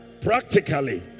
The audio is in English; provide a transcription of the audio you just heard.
Practically